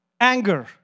Anger